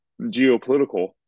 geopolitical